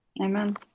Amen